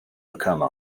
become